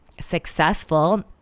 successful